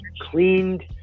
cleaned